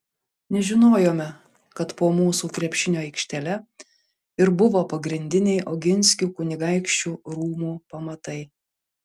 nežinojome kad po mūsų krepšinio aikštele ir buvo pagrindiniai oginskių kunigaikščių rūmų pamatai